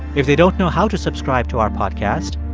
if they don't know how to subscribe to our podcast,